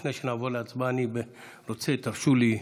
לפני שנעבור להצבעה, תרשו לי,